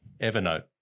Evernote